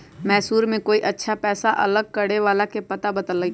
मैसूर में कोई अच्छा पैसा अलग करे वाला के पता बतल कई